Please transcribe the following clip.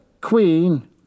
queen